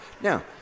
now